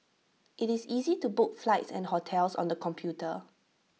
IT is easy to book flights and hotels on the computer